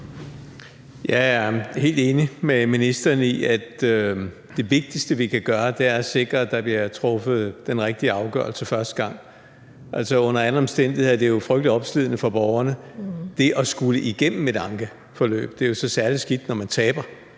Jeg er helt enig med ministeren i, at det vigtigste, vi kan gøre, er at sikre, at der bliver truffet den rigtige afgørelse første gang. Det er jo under alle omstændigheder frygtelig opslidende for borgerne at skulle igennem et ankeforløb. Det er så særlig skidt, når man taber